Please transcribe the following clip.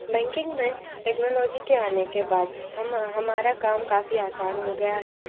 banking में technology के आने के बाद हम हमारा काम काफ़ी आसान हो गया है